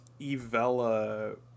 evella